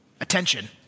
attention